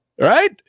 Right